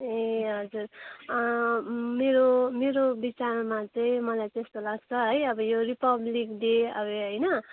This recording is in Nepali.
ए हजुर मेरो मेरो विचारमा चाहिँ मलाई चाहिँ यस्तो लाग्छ है यो रिपब्लिक डे आयो हैन